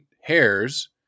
hairs